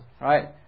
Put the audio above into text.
right